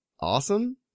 awesome